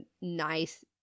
nice